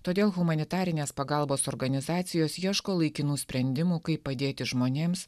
todėl humanitarinės pagalbos organizacijos ieško laikinų sprendimų kaip padėti žmonėms